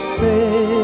say